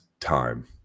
time